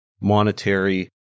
monetary